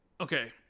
okay